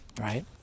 right